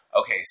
Okay